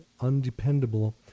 undependable